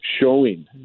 showing